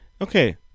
okay